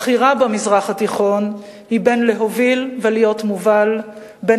הבחירה במזרח התיכון היא בין להוביל לבין להיות מובל,